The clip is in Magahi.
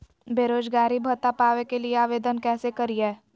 बेरोजगारी भत्ता पावे के लिए आवेदन कैसे करियय?